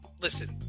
Listen